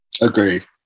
Agreed